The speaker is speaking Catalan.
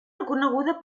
reconeguda